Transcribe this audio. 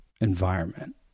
environment